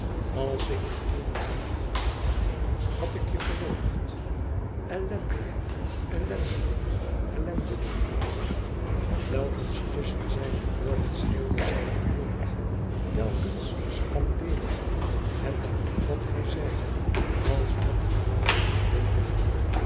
als ik je toen bij me had gehad had ik je geworgd ellendeling ellendeling ellendeling telkens tusschen zijne woorden schreeuwde zij het woord telkens scandeerde het wat hij zeide als met een klank van beleediging